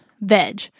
veg